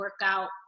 workout